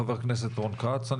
חבר הכנסת רון כץ.